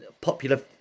popular